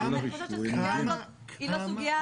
אני חושבת שהסוגיה הזאת היא לא סוגיה,